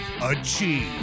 Achieve